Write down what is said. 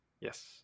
Yes